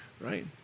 right